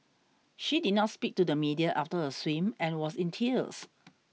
she did not speak to the media after her swim and was in tears